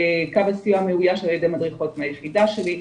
קו הסיוע מאויש על ידי מדריכות מהיחידה שלי,